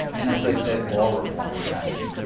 and as i said, law reform was happening.